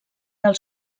del